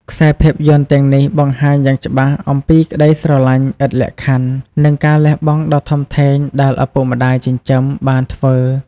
ខ្សែភាពយន្តទាំងនេះបង្ហាញយ៉ាងច្បាស់អំពីក្ដីស្រឡាញ់ឥតលក្ខខណ្ឌ និងការលះបង់ដ៏ធំធេងដែលឪពុកម្ដាយចិញ្ចឹមបានធ្វើ។